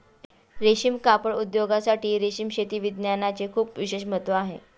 रेशीम कापड उद्योगासाठी रेशीम शेती विज्ञानाचे खूप विशेष महत्त्व आहे